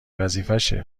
وظیفشه